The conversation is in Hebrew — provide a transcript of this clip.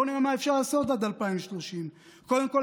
בואו נראה מה אפשר לעשות עד 2030. קודם כול,